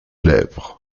lèvres